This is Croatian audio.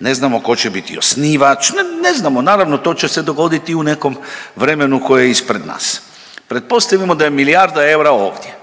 ne znamo tko će biti osnivač, ne, ne znamo, naravno, to će se dogoditi u nekom vremenu koje je ispred nas. Pretpostavimo da je milijarda eura ovdje.